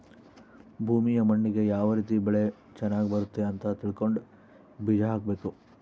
ಭೂಮಿಯ ಮಣ್ಣಿಗೆ ಯಾವ ರೀತಿ ಬೆಳೆ ಚನಗ್ ಬರುತ್ತೆ ಅಂತ ತಿಳ್ಕೊಂಡು ಬೀಜ ಹಾಕಬೇಕು